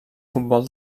futbol